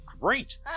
great